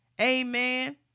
Amen